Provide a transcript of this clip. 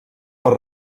per